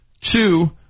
Two